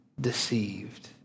deceived